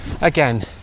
Again